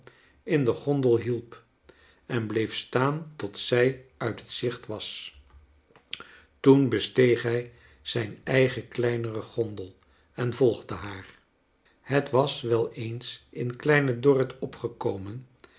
in de gondel hielp en bleef staan tot zij uit het gezicht was toen besteeg hij zijn eigen kleinere gondel en volgde haar het was wel eens in kleine dorrit opgekomen